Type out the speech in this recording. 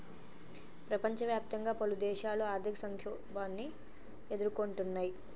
ప్రపంచవ్యాప్తంగా పలుదేశాలు ఆర్థిక సంక్షోభాన్ని ఎదుర్కొంటున్నయ్